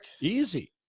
Easy